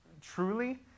truly